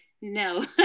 No